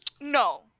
No